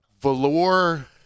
velour